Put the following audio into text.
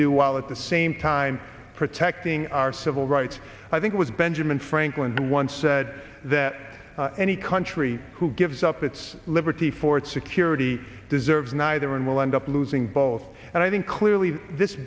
do while at the same time protecting our civil rights i think it was benjamin franklin once said that any country who gives up its liberty for security deserve neither and will end up losing both and i think clearly this